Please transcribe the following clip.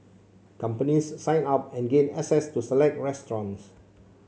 companies sign up and gain access to select restaurants